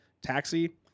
Taxi